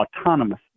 autonomous